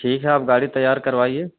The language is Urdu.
ٹھیک ہے آپ گاڑی تیار کروائیے